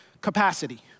capacity